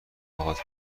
باهات